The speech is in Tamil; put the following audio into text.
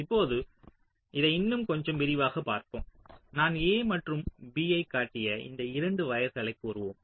இப்போது இதை இன்னும் கொஞ்சம் விரிவாகப் பார்ப்போம் நான் A மற்றும் B ஐக் காட்டிய இந்த 2 வயர்களை கூறுவோம்